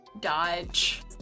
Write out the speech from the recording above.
dodge